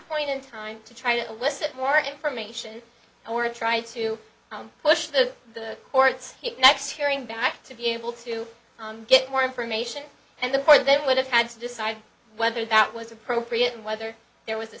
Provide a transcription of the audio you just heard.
point in time to try to elicit more information or to try to push the the court's next hearing back to be able to get more information and the boy that would have had to decide whether that was appropriate and whether there was a